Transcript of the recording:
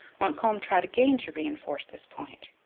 montcalm tried again to reinforce this point.